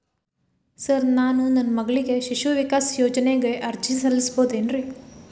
Sir ನಾನು ನನ್ನ ಮಗಳಿಗೆ ಶಿಶು ವಿಕಾಸ್ ಯೋಜನೆಗೆ ಅರ್ಜಿ ಸಲ್ಲಿಸಬಹುದೇನ್ರಿ?